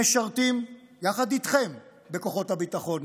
משרתים יחד איתכם בכוחות הביטחון,